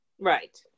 Right